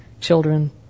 children